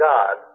God